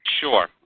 Sure